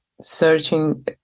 searching